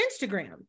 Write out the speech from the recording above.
Instagram